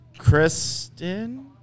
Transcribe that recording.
Kristen